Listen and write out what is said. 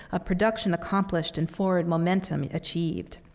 a production accomplished and forward momentum achieved.